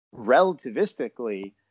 relativistically